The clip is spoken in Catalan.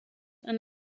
han